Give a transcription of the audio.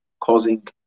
causing